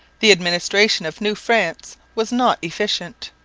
the administration of new france was not efficient.